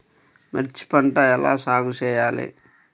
మిర్చి పంట ఎలా సాగు చేయాలి?